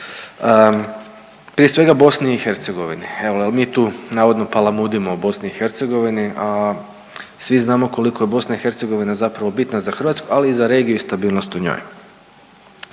prije svega BiH. Evo jel mi tu navodno palamudimo o BiH, a svi znamo koliko je BiH zapravo bitna za Hrvatsku, ali i za regiju i stabilnost u njoj.